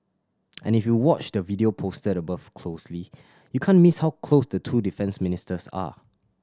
and if you watch the video posted above closely you can't miss how close the two defence ministers are